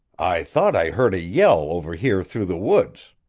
i thought i heard a yell over here through the woods.